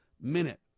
minute